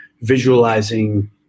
visualizing